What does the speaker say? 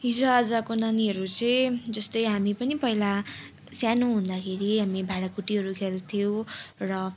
हिजोआजको नानीहरू चाहिँ जस्तै हामी पनि पहिला सानो हुँदाखेरि हामी भाँडाकुटीहरू खेल्थ्यौँ र